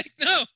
no